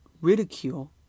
ridicule